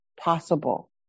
possible